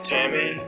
Tammy